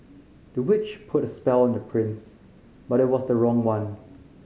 the witch put a spell on the prince but it was the wrong one